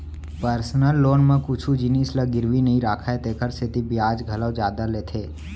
personal loan म कुछु जिनिस ल गिरवी नइ राखय तेकर सेती बियाज घलौ जादा लेथे